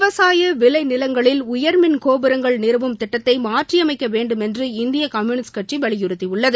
விவசாய விளைநிலங்களில் உயர்மின் கோபுரங்கள் நிறுவும் திட்டத்தை மாற்றியமைக்க வேண்டுமென்று இந்திய கம்யூனிஸ்ட் கட்சி வலியுறுத்தியுள்ளது